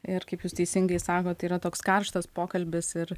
ir kaip jūs teisingai sakot tai yra toks karštas pokalbis ir